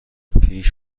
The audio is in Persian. پیش